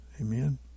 Amen